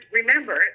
remember